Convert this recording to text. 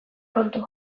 kontu